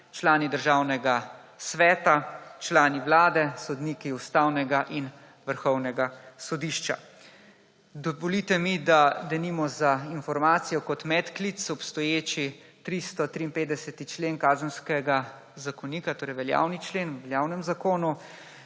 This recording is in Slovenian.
člani Državnega sveta, člani Vlade, sodniki Ustavnega in Vrhovnega sodišča. Dovolite mi denimo za informacijo kot medklic, da povem, da obstoječi 353. člen Kazenskega zakonika, torej veljavni člen v veljavnem zakonu,